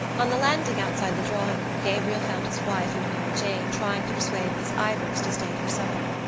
on the landing outside the drawing-room gabriel found his wife and mary jane trying to persuade miss ivors to stay for supper.